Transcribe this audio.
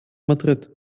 madrid